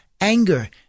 anger